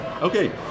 okay